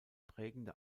prägende